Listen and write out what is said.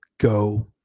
Go